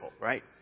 Right